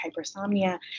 hypersomnia